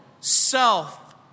self